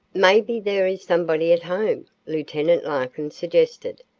maybe there is somebody at home, lieutenant larkin suggested.